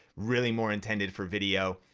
really more intended for video.